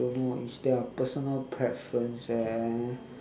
don't know it's their personal preference